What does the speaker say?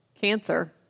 Cancer